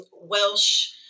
Welsh